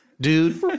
dude